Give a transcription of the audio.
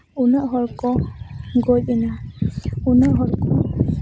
ᱩᱱᱟᱹᱜ ᱦᱚᱲ ᱠᱚ ᱜᱚᱡᱼᱮᱱᱟ ᱩᱱᱟᱹᱜ ᱦᱚᱲ ᱠᱚ